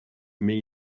mais